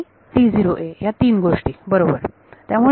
आणि ह्या तीन गोष्टी आहेत बरोबर